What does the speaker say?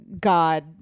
God